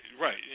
right